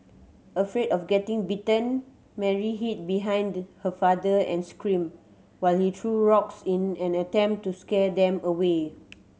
afraid of getting bitten Mary hid behind her father and screamed while he threw rocks in an attempt to scare them away